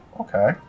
okay